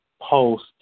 post